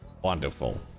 Wonderful